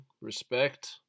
respect